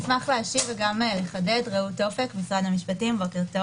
אני אשמח להשיב וגם לחדד שתי נקודות.